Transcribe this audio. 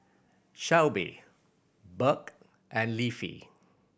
Shelbi Burk and Leafy